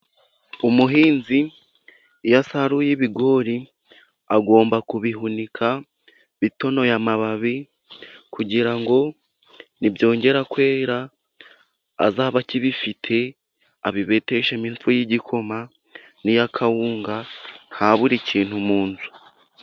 Umuhinzi iyo asaruye ibigori agomba kubihunika ,bitonoye amababi ,kugira ngo nibyongera kwera, azabe akibifite ,abibeteshemo ifu y'igikoma n'iy'akawunga ,ntabure ikintu mu nzu.